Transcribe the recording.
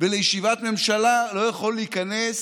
ולישיבת ממשלה לא יכול להיכנס